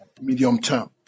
medium-term